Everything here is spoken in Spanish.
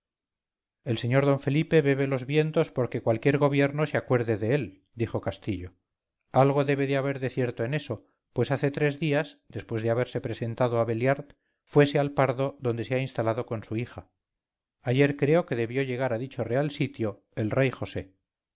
el sr d felipe bebe los vientos porque cualquier gobierno se acuerde de él dijo castillo algo debe de haber de cierto en eso pues hace tres días después de haberse presentado a belliard fuese al pardo donde se ha instalado con su hija ayer creo que debió llegar a dicho real sitio el rey josé